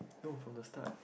no from the start